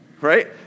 right